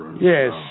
Yes